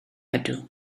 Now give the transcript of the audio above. ydw